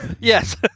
Yes